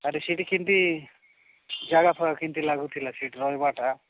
ଆରେ ସେଠି କେମିତି ଜାଗାଫାଗା କେମିତି ଲାଗୁଥିଲା ସେଠି ରହିବାଟା